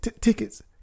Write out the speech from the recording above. tickets